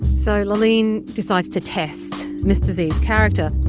so laaleen decides to test mr. z's character